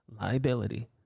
liability